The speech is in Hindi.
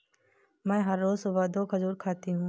मैं हर रोज सुबह दो खजूर खाती हूँ